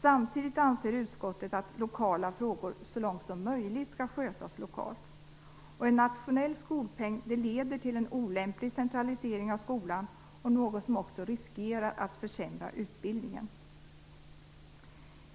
Samtidigt anser utskottet att lokala frågor så långt som möjligt skall skötas lokalt. En nationell skolpeng leder till en olämplig centralisering av skolan, något som också riskerar att försämra utbildningen.